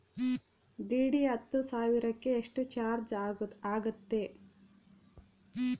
DD ಹತ್ತು ಸಾವಿರಕ್ಕೆ ಎಷ್ಟು ಚಾಜ್೯ ಆಗತ್ತೆ?